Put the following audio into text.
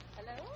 Hello